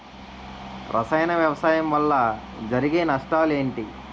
రసాయన వ్యవసాయం వల్ల జరిగే నష్టాలు ఏంటి?